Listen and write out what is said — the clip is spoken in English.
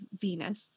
Venus